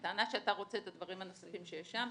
הטענה שאתה רוצה את הדברים הנוספים שיש שם,